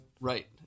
Right